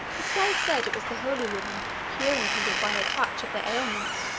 the slave said it was the holy woman, curing people by her touch of their ailments,